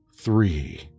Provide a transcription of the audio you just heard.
three